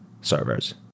servers